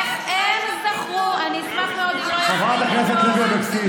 איך הם זכרו, חברת הכנסת לוי אבקסיס,